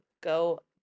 go